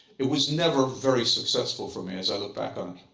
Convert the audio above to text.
it was never very successful for me, as i look back on